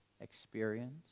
experience